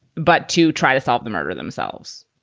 but to try to solve the murder themselves,